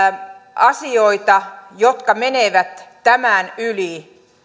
asioita jotka menevät tämän yli